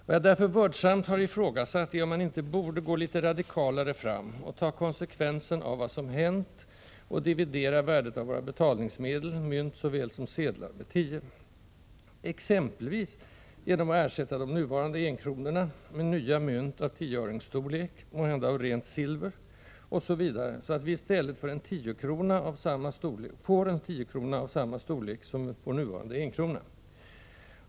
Vad jag därför vördsamt har ifrågasatt är om man inte borde gå litet radikalare fram, ta konsekvensen av vad som hänt och dividera värdet av våra betalningsmedel, mynt såväl som sedlar, med tio, exempelvis genom att ersätta de nuvarande enkronorna med nya mynt av tioöringsstorlek, måhända av rent silver, osv. så att vi i stället får en tiokrona av samma storlek som vår nuvarande enkrona.